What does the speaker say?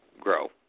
grow